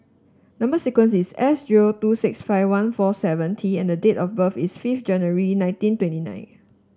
number sequence is S zero two six five one four seven T and date of birth is fifth January nineteen twenty nine